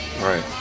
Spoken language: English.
right